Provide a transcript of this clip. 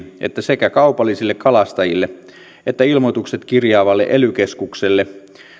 että sekä kaupallisille kalastajille että ilmoitukset kirjaavalle ely keskukselle